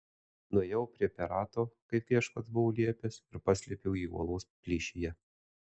nuėjau prie perato kaip viešpats buvo liepęs ir paslėpiau jį uolos plyšyje